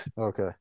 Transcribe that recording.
Okay